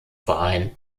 verein